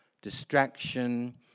distraction